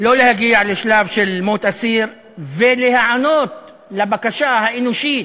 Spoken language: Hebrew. לא להגיע לשלב של מות אסיר ולהיענות לבקשה האנושית,